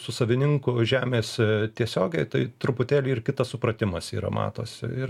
su savininku žemės tiesiogiai tai truputėlį ir kitas supratimas yra matosi ir